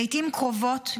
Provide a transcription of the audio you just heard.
לעיתים קרובות,